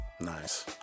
nice